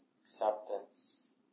acceptance